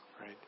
right